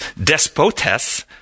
Despotes